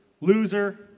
loser